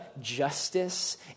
justice